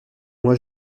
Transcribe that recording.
moi